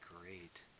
great